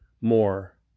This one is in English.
more